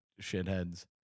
shitheads